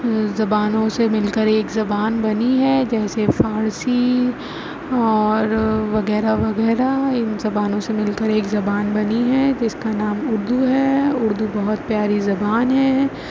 زبانوں سے مل کر ایک زبان بنی ہے جیسے فارسی اور وغیرہ وغیرہ ان زبانوں سے مل کر ایک زبان بنی ہے جس کا نام اردو ہے اردو بہت پیاری زبان ہے